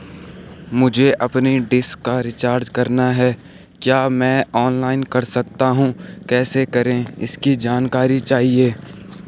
मुझे अपनी डिश का रिचार्ज करना है क्या मैं ऑनलाइन कर सकता हूँ कैसे करें इसकी जानकारी चाहिए?